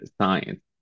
science